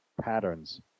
patterns